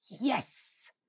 Yes